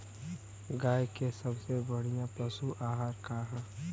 गाय के सबसे बढ़िया पशु आहार का ह?